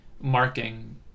marking